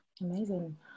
Amazing